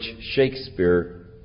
Shakespeare